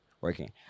working